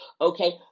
Okay